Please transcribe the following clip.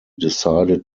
decided